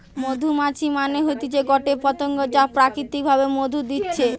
মধুমাছি মানে হতিছে গটে পতঙ্গ যা প্রাকৃতিক ভাবে মধু দিতেছে